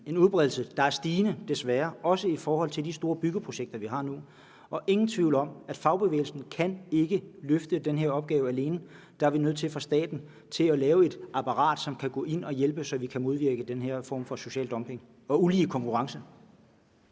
Udbredelsen af det er jo stigende, desværre, også i forbindelse med de store byggeprojekter, vi har nu. Og der er ingen tvivl om, at fagbevægelsen ikke kan løfte den her opgave alene; der er vi nødt til fra statens side at lave et apparat og gå ind og hjælpe, så vi kan modvirke den her form for social dumping og ulige konkurrence.